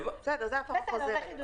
זה הפרה חוזרת.